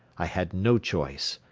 i had no choice.